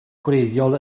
gwreiddiol